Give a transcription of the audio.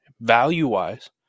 value-wise